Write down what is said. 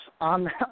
on